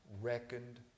reckoned